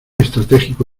estratégico